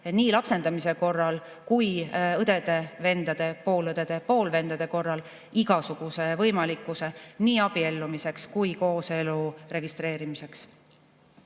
lapsendamise korral õdede, vendade, poolõdede ja poolvendade korral igasuguse võimalikkuse nii abiellumiseks kui kooselu registreerimiseks.